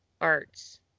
Arts